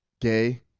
Gay